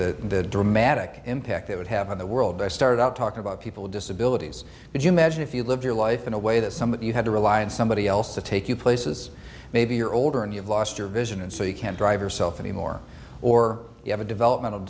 or the dramatic impact it would have on the world i started out talking about people with disabilities could you imagine if you lived your life in a way that some of you had to rely on somebody else to take you places maybe you're older and you've lost your vision and so you can't drive yourself anymore or you have a development